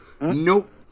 Nope